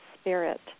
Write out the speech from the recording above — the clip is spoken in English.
spirit